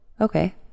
Okay